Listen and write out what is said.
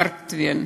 של מארק טוויין,